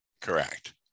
Correct